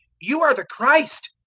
you are the christ,